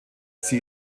sie